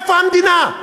איפה המדינה?